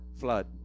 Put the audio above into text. flood